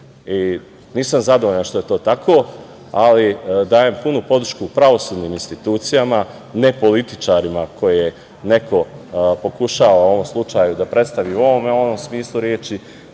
Nisam zadovoljan što je to tako, ali dajem punu podršku pravosudnim institucijama, ne političarima koje neko pokušava u ovom slučaju da predstavi u ovom ili onom smislu reči,